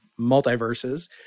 multiverses